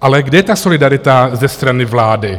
Ale kde je ta solidarita ze strany vlády?